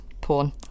Porn